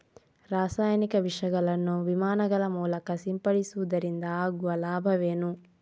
ರಾಸಾಯನಿಕ ವಿಷಗಳನ್ನು ವಿಮಾನಗಳ ಮೂಲಕ ಸಿಂಪಡಿಸುವುದರಿಂದ ಆಗುವ ಲಾಭವೇನು?